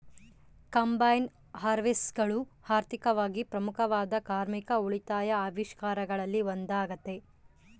combine ಹಾರ್ವೆಸ್ಟರ್ಗಳು ಆರ್ಥಿಕವಾಗಿ ಪ್ರಮುಖವಾದ ಕಾರ್ಮಿಕ ಉಳಿತಾಯ ಆವಿಷ್ಕಾರಗಳಲ್ಲಿ ಒಂದಾಗತೆ